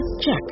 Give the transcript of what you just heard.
Check